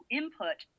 input